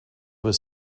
was